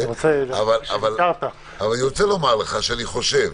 אבל אני רוצה לומר שאני חושב,